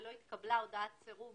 ולא התקבלה הודעת סירוב